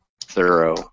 thorough